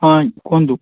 ହଁ ଆଇଁ କୁହନ୍ତୁ